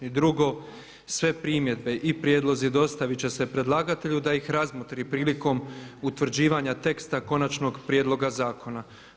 Drugo, sve primjedbe i prijedlozi dostaviti će se predlagatelju da ih razmotri prilikom utvrđivanja teksta Konačnog prijedloga Zakona.